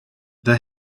the